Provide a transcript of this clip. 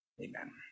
Amen